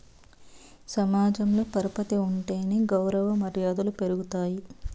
సమాజంలో పరపతి ఉంటేనే గౌరవ మర్యాదలు పెరుగుతాయి